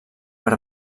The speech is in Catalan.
per